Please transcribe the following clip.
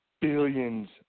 billions